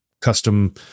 custom